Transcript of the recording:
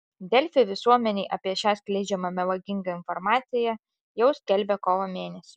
delfi visuomenei apie šią skleidžiamą melagingą informaciją jau skelbė kovo mėnesį